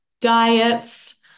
Diets